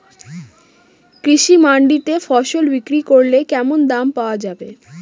কৃষি মান্ডিতে ফসল বিক্রি করলে কেমন দাম পাওয়া যাবে?